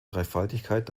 dreifaltigkeit